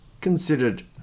considered